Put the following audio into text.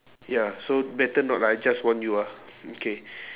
ya so better not lah I just warn you ah okay